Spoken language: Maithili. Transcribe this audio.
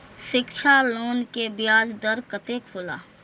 शिक्षा लोन के ब्याज दर कतेक हौला?